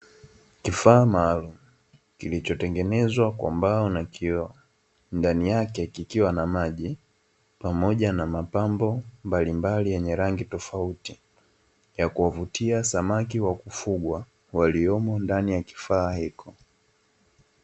Kifaa maalumu kilichotengenezwa kwa mbao na kioo, ndani yake kikiwa na maji pamoja na mapambo mbalimbali yenye rangi tofauti ya kuwavutia samaki wa kufugwa waliomo ndani ya kifaa hicho.